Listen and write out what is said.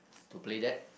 to play that